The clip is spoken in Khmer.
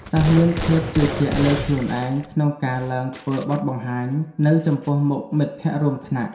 សិស្សមានភាពជឿជាក់លើខ្លួនឯងក្នុងការឡើងធ្វើបទបង្ហាញនៅចំពោះមុខមិត្តភក្តិរួមថ្នាក់។